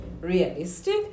realistic